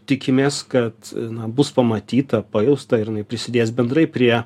tikimės kad bus pamatyta pajausta ir jinai prisidės bendrai prie